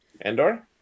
Andor